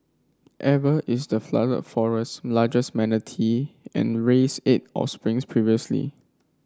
Eva is the Flooded Forest's largest manatee and raised eight offspring previously